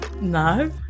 No